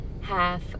half